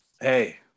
hey